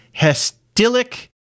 Hestilic